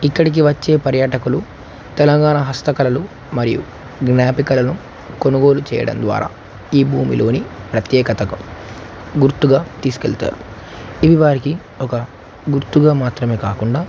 ఇక్కడికి వచ్చే పర్యాటకులు తెలంగాణ హస్తకళలు మరియు జ్ఞాపికలను కొనుగోలు చేయడం ద్వారా ఈ భూమిలోని ప్రత్యేకతకి గుర్తుగా తీసుకెళ్తారు ఇవి వారికి ఒక గుర్తుగా మాత్రమే కాకుండా